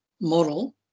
model